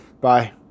bye